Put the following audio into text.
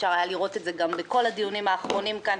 אפשר היה לראות את זה גם בכל הדיונים האחרונים כאן,